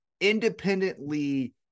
independently